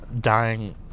dying